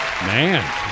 Man